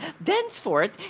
Thenceforth